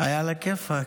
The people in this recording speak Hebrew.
היה עלא כיפאק.